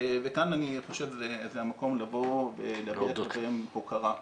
וכאן זה המקום לבוא ולתת להם הוקרה.